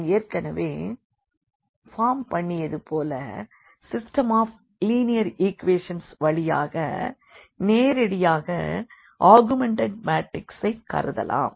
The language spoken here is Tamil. நாம் ஏற்கெனவே ஃபார்ம் பண்ணியது போல சிஸ்டெம் ஆஃப் லினியர் ஈக்வெஷன்ஸ் வழியாக நேரடியாக ஆகுமெண்டட் மாட்ரிக்ஸை கருதலாம்